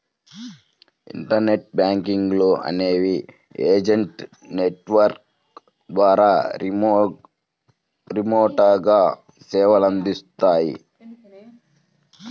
internet బ్యాంకులు అనేవి agent network ద్వారా రిమోట్గా సేవలనందిస్తాయి